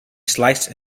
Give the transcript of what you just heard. sliced